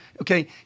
okay